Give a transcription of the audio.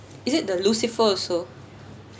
is it the lucifer also